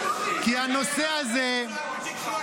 כי הנושא הזה --- הוא עסק בתקשורת כל החיים שלו.